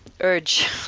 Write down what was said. urge